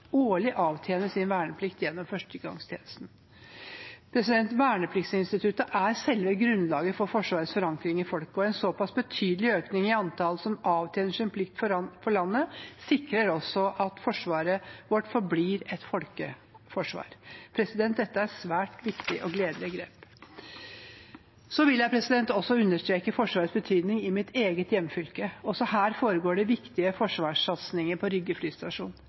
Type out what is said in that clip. årlig avtjene sin verneplikt gjennom førstegangstjenesten. Vernepliktsinstituttet er selve grunnlaget for Forsvarets forankring i folk, og en såpass betydelig økning i antallet som avtjener sin plikt for landet, sikrer også at forsvaret vårt forblir et folkeforsvar. Dette er svært viktige og gledelig grep. Så vil jeg også understreke Forsvarets betydning i mitt eget hjemfylke. Også her foregår det viktige forsvarssatsinger, på Rygge flystasjon.